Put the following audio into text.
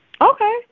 Okay